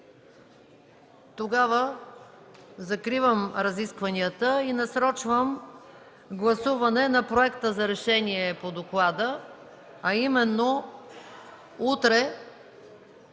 Няма. Закривам разискванията и насрочвам гласуване на Проекта за решение по доклада утре